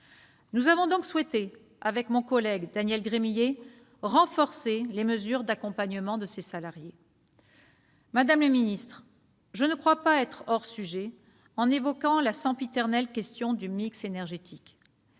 Nous avons donc souhaité, avec mon collègue Daniel Gremillet, renforcer les mesures d'accompagnement de ces salariés. Madame la secrétaire d'État, je ne crois pas être hors sujet en évoquant la sempiternelle question du mix énergétique.